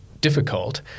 difficult